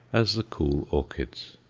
as the cool orchids.